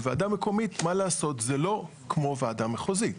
וועדה מקומית, מה לעשות, זה לא כמו וועדה מחוזית.